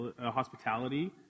hospitality